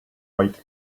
white